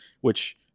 which-